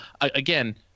again